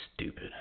Stupid